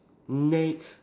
next